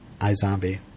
iZombie